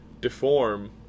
deform